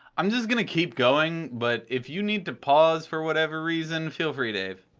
i'm just gonna keep going, but if you need to pause for whatever reason, feel free, dave.